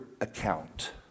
account